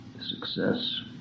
success